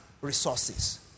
resources